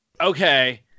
okay